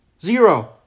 Zero